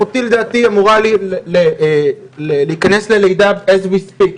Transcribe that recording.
אחותי אמורה להיכנס ללידה עם ילדה השני תוך כדי שאנחנו מדברים,